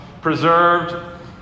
preserved